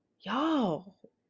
Y'all